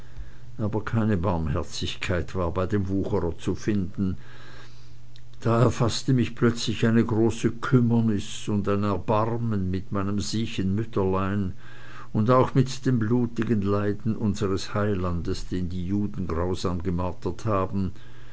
aber keine barmherzigkeit war bei dem wucherer zu finden da erfaßte mich plötzlich eine große kümmernis und ein erbarmen mit meinem siechen mütterlein und auch mit dem blutigen leiden unseres heilandes den die juden grausam gemartert haben